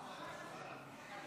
31, אין